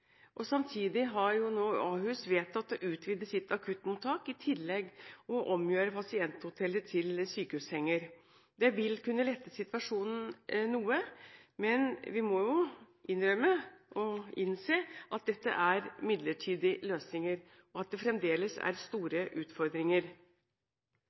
legestillinger. Samtidig har Ahus vedtatt å utvide sitt akuttmottak og i tillegg omgjøre pasienthotellet til også å romme sykehussenger. Det vil kunne lette situasjonen noe, men vi må jo innrømme og innse at dette er midlertidige løsninger, og at det fremdeles er store